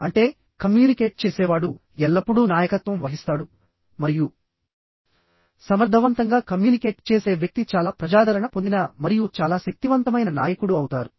అంటే కమ్యూనికేట్ చేసేవాడు ఎల్లప్పుడూ నాయకత్వం వహిస్తాడు మరియు సమర్థవంతంగా కమ్యూనికేట్ చేసే వ్యక్తి చాలా ప్రజాదరణ పొందిన మరియు చాలా శక్తివంతమైన నాయకుడు అవుతారు